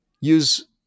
use